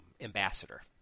ambassador